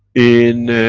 in.